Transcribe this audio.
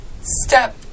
step